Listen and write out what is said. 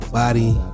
body